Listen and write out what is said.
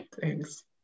Thanks